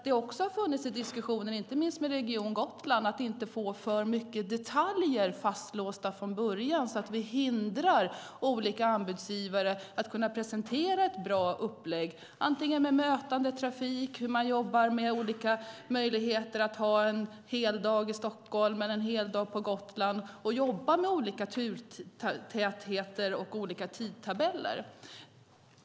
Det har funnits diskussioner med inte minst Region Gotland att se till att inte få för mycket detaljer fastlåsta från början så att vi hindrar olika anbudsgivare att presentera ett bra upplägg, antingen med mötandetrafik eller med olika möjligheter att ha en hel dag i Stockholm, en hel dag på Gotland. Man kan jobba med olika turtätheter och olika tidtabeller.